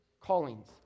callings